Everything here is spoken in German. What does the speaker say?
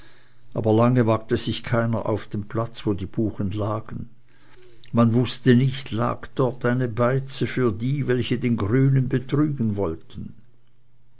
aber lange wagte sich keiner auf den platz wo die buchen lagen man wußte nicht lag dort eine beize für die welche den grünen betrügen wollten